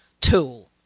tool